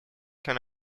can